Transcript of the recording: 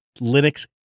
Linux